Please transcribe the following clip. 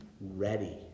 ready